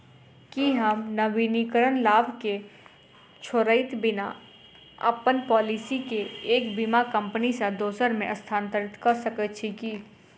की हम नवीनीकरण लाभ केँ छोड़इत बिना अप्पन पॉलिसी केँ एक बीमा कंपनी सँ दोसर मे स्थानांतरित कऽ सकैत छी की?